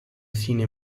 cine